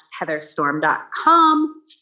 heatherstorm.com